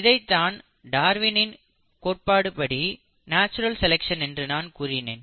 இதைத் தான் டார்வினின் கோட்பாடு படி Darwins theory நாச்சுரல் செலக்சன் என்று நான் கூறினேன்